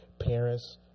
Parents